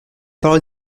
parole